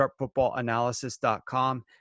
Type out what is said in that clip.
SharpFootballAnalysis.com